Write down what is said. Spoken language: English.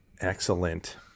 Excellent